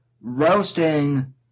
roasting